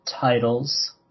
titles